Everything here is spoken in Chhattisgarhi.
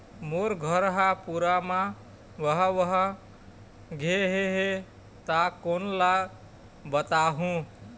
मोर घर हा पूरा मा बह बह गे हे हे ता कोन ला बताहुं?